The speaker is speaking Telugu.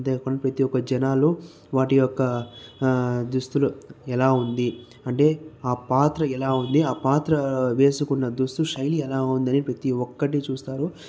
అంతేగాకుండా ప్రతీ యొక్క జనాలు వాటి యొక్క దుస్తులు ఎలా ఉంది అంటే ఆ పాత్ర ఎలా ఉంది ఆ పాత్ర వేసుకున్న దుస్తు శైలి ఎలా ఉంది అని ప్రతీ ఒక్కటి చూస్తారు